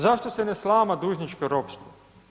Zašto se ne slama dužničko ropstvo?